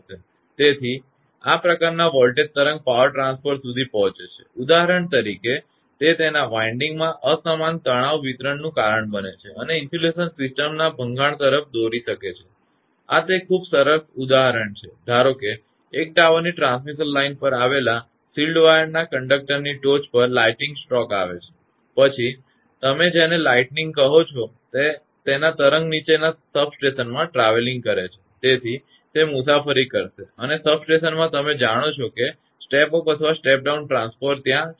તેથી આ પ્રકારના વોલ્ટેજ તરંગ પાવર ટ્રાન્સફોર્મર સુધી પહોંચે છે ઉદાહરણ તરીકે તે તેના વાઇન્ડિંસમાં અસમાન તણાવ વિતરણનું કારણ બને છે અને ઇન્સ્યુલેશન સિસ્ટમના ભંગાણ તરફ દોરી શકે છે આ તે ખૂબ જ સરળ ઉદાહરણ છે ધારો કે એક ટાવરની ટ્રાન્સમિશન લાઇન પર આવેલા શિલ્ડ વાયર ના કંડક્ટરની ટોચ પર લાઈટનિંગ સ્ટ્રોક આવે છે પછી તમે જેને લાઈટનિંગ કહો છો તેના તરંગ નજીકના સબસ્ટેશનમાં ટ્રાવેલીંગ કરે છે તેથી તે મુસાફરી કરશે અને સબસ્ટેશનમાં તમે જાણો છો કે સ્ટેપ અપ અથવા સ્ટેપ ડાઉન ટ્રાન્સફોર્મર્સ ત્યાં છે